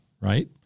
right